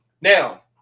Now